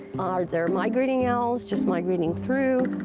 are there migrating owls just migrating through?